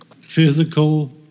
physical